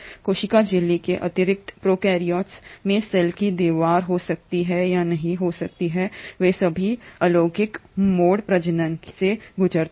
कोशिका झिल्ली के अतिरिक्त प्रोकैरियोट्स में सेल की दीवार हो सकती है या नहीं हो सकती है और वे सभी अलैंगिक मोड प्रजनन से गुजरती हैं